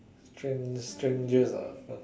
strange strangest ah